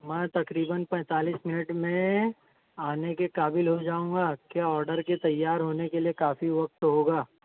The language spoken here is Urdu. میں تقریباً پینتالیس منٹ میں آنے کے قابل ہو جاؤں گا کیا آرڈر کے تیار ہونے کے لئے کافی وقت ہوگا